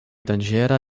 danĝera